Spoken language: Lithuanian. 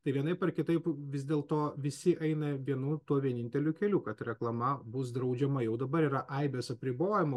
tai vienaip ar kitaip vis dėl to visi eina vienu vieninteliu keliu kad reklama bus draudžiama jau dabar yra aibės apribojimų